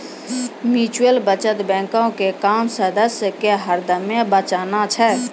mutual बचत बैंको के काम सदस्य के हरदमे बचाना छै